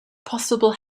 possible